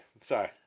sorry